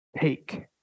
take